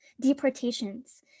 deportations